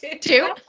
Two